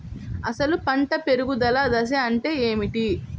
అసలు పంట పెరుగుదల దశ అంటే ఏమిటి?